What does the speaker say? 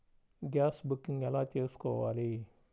Gas booking ఎలా చేసుకోవాలి?